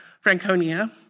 Franconia